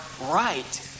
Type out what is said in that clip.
right